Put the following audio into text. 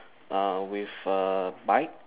um with a bike